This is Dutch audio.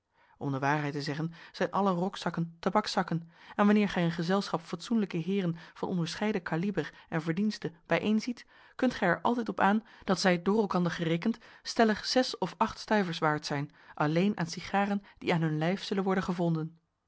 om de waarheid te zeggen zijn alle rokszakken tabakszakken en wanneer gij een gezelschap fatsoenlijke heeren van onderscheiden kaliber en verdienste bijeen ziet kunt gij er altijd op aan dat zij door elkander gerekend stellig zes of acht stuivers waard zijn alleen aan sigaren die aan hun lijf zullen worden gevonden